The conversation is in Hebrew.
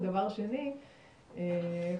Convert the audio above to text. חשוב לנו --- לא,